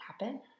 happen